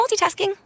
multitasking